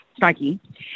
Snarky